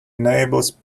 enables